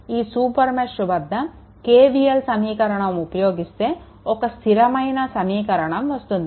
ఈ super mesh వద్ద KVL సమీకరణం ఉపయోగిస్తే ఒక స్థిరమైన సమీకరణం వస్తుంది